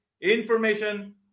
information